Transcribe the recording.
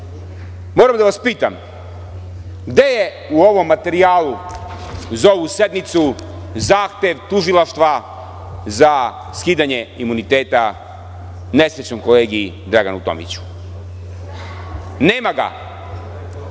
moram da vas pitam gde je u ovom materijalu za ovu sednicu zahtev Tužilaštva za skidanje imuniteta nesrećnom kolegi Draganu Tomiću? Nema ga.